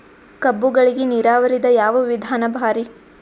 ಕಬ್ಬುಗಳಿಗಿ ನೀರಾವರಿದ ಯಾವ ವಿಧಾನ ಭಾರಿ?